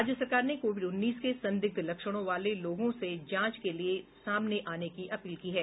राज्य सरकार ने कोविड उन्नीस के संदिग्ध लक्षणों वाले लोगों से जांच के लिए सामने आने की अपील की है